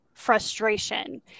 frustration